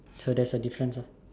so there's a difference ah